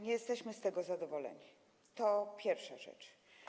Nie jesteśmy z tego zadowoleni, to pierwsza rzecz.